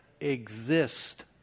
exist